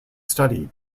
studied